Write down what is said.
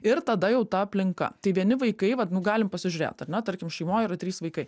ir tada jau ta aplinka tai vieni vaikai vat nu galim pasižiūrėt ar na tarkim šeimoj yra trys vaikai